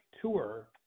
Tour